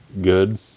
Good